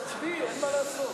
תצביעי, אין מה לעשות.